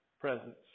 presence